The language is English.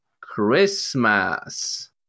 Christmas